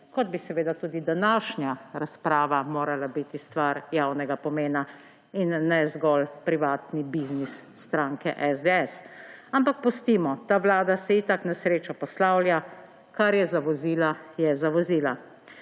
kot bi seveda tudi današnja razprava morala biti stvar javnega pomena in ne zgolj privatni biznis stranke SDS. Ampak pustimo. Ta vlada se itak na srečo poslavlja; kar je zavozila, je zavozila.